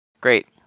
Great